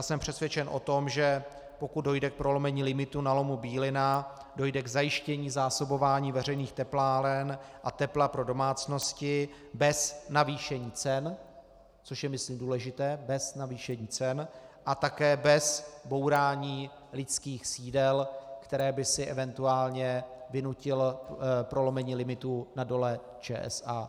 Jsem přesvědčen o tom, že pokud dojde k prolomení limitů na lomu Bílina, dojde k zajištění zásobování veřejných tepláren a tepla pro domácnosti bez navýšení cen což je myslím důležité: bez navýšení cen a také bez bourání lidských sídel, které by si eventuálně vynutilo prolomení limitů na dole ČSA.